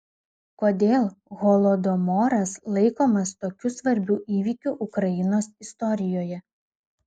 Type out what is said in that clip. kodėl holodomoras laikomas tokiu svarbiu įvykiu ukrainos istorijoje